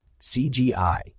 CGI